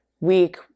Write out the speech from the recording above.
week